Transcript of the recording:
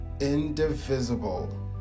indivisible